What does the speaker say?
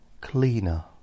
cleaner